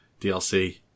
DLC